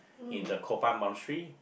in the Kopan monastery